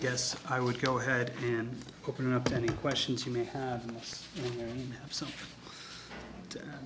guess i would go ahead and open up any questions you may have